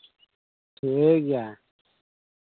ᱴᱷᱤᱠᱜᱮᱭᱟ